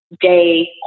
day